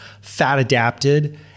fat-adapted